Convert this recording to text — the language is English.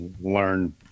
learn